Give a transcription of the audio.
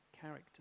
character